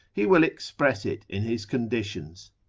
he will express it in his conditions,